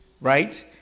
Right